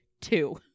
two